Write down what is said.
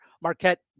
Marquette